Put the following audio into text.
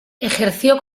ejerció